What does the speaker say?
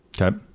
Okay